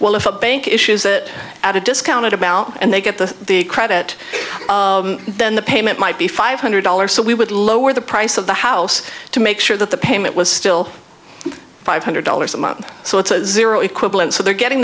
well if a bank issues that at a discounted about and they get to the credit then the payment might be five hundred dollars so we would lower the price of the house to make sure that the payment was still five hundred dollars a month so it's a zero equivalence so they're getting